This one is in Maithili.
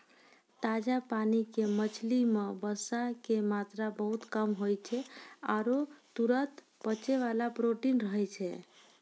ताजा पानी के मछली मॅ वसा के मात्रा बहुत कम होय छै आरो तुरत पचै वाला प्रोटीन रहै छै